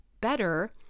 better